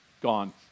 Gone